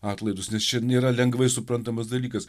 atlaidus nes čia nėra lengvai suprantamas dalykas